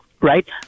right